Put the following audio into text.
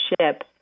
ship